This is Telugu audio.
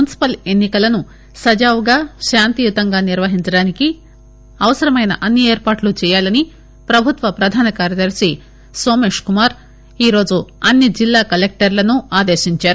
మునిసిపల్ ఎన్ని కలను సజావుగా శాంతియుతంగా నిర్వహించడానికి అవసరమైన అన్ని ఏర్పాట్లు చేయాలని ప్రభుత్వ ప్రధాన కార్యదర్తి సోమేష్ కుమార్ ఈరోజు అన్ని జిల్లా కలెక్టర్లను ఆదేశించారు